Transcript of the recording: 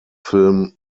film